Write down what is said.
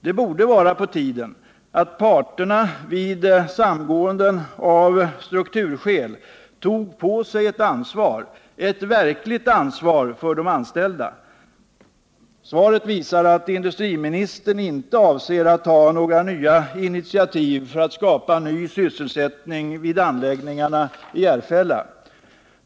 Det borde vara på tiden att parterna vid samgåenden av strukturskäl tog på sig ett verkligt ansvar för de anställda. Svaret visar att industriministern inte avser att ta några nya initiativ för att skapa ny sysselsättning vid anläggningarna i Järfälla.